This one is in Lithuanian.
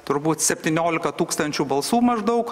turbūt septyniolika tūkstančių balsų maždaug